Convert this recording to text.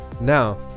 now